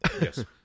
yes